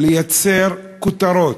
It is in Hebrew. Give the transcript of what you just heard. לייצר כותרות,